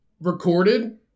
recorded